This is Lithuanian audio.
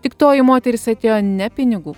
tik toji moteris atėjo ne pinigų